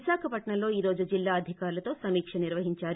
విశాఖపట్నంలో ఈరోజు జిల్లా అధికారులతో సమీక్ష నిర్వహించారు